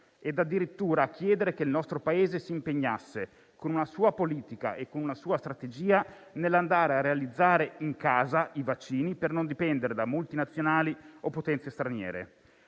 e addirittura a chiedere che il nostro Paese si impegnasse, con una sua politica e una sua strategia, nell'andare a realizzare in casa i vaccini per non dipendere da multinazionali o potenze straniere.